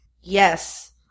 Yes